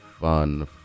fun